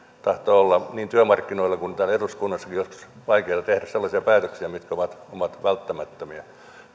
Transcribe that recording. tahtoo olla niin työmarkkinoilla kuin täällä eduskunnassakin joskus vaikeaa tehdä sellaisia päätöksiä mitkä ovat ovat välttämättömiä